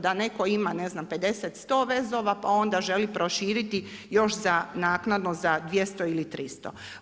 Da netko ima ne znam, 500, 100 vezova pa onda želi proširiti još naknadno za 200 ili 300.